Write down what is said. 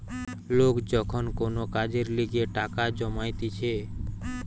লোক যখন কোন কাজের লিগে টাকা জমাইতিছে